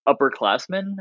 upperclassmen